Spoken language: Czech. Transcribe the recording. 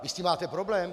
Vy s tím máte problém?